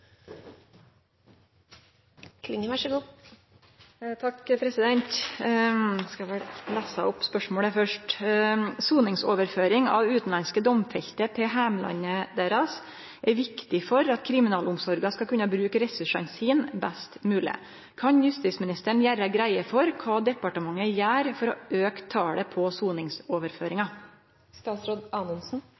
viktig for at kriminalomsorga skal kunne bruke ressursane sine best mogleg. Kan statsråden gjere greie for kva departementet gjer for å auke talet på